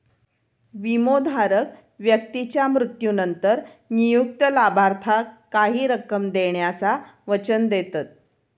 विमोधारक व्यक्तीच्या मृत्यूनंतर नियुक्त लाभार्थाक काही रक्कम देण्याचा वचन देतत